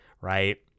right